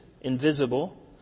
invisible